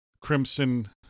Crimson